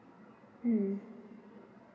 mm